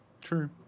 True